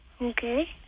Okay